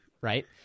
right